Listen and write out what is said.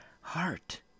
heart